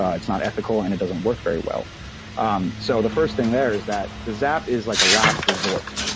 ah it's not ethical and it doesn't work very well um so the first thing there is that a zap is like a last resort.